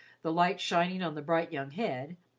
the light shining on the bright young head,